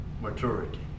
maturity